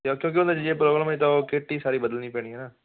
ਕਿਉਂਕੀ ਉਹਦੇ 'ਚ ਜੇ ਪ੍ਰੋਬਲਮ ਹੋਈ ਤਾਂ ਉਹ ਕਿੱਟ ਈ ਸਾਰੀ ਬਦਲਣੀ ਪੈਣੀ ਐ ਨਾਂ